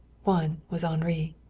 one was henri.